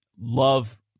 love